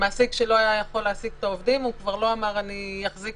מעסיק שלא יכול היה להעסיק את העובדים כבר לא אמר: אחזיק